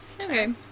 Okay